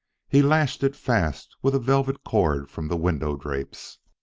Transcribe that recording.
he lashed it fast with a velvet cord from the window drapes.